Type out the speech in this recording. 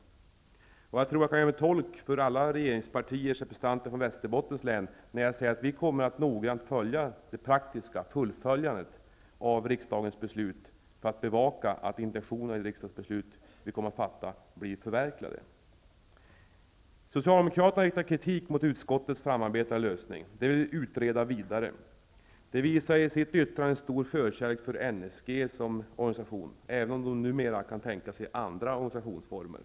Jag tror att jag kan göra mig till tolk för alla regeringspartiers representanter från Västerbottens län, när jag säger att vi kommer att noggrant följa det praktiska fullföljandet av riksdagens beslut. Vi kommer alltså att bevaka att intentionerna i de beslut riksdagen skall fatta kommer att bli förverkligade. Socialdemokraterna riktar kritik mot utskottets framarbetade lösning. De vill utreda vidare. De visar i sitt yttrande en stor förkärlek för NSG som organisation, även om de numera kan tänka sig andra organisationsformer.